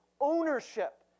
ownership